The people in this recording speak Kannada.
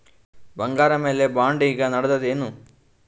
ಬಂಗಾರ ಮ್ಯಾಲ ಬಾಂಡ್ ಈಗ ನಡದದೇನು?